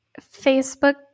Facebook